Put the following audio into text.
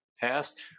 past